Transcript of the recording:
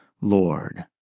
Lord